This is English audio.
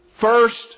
first